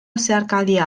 zeharkaldia